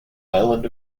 island